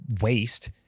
waste